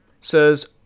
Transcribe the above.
says